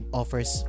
offers